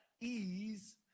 ease